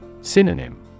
Synonym